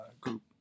group